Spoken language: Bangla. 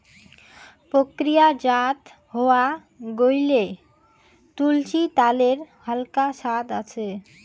প্রক্রিয়াজাত হয়া গেইলে, তুলসী ত্যালের হালকা সাদ আছে